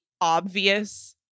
obvious